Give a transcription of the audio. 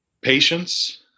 Patience